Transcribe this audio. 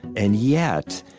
and yet,